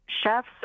chefs